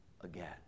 again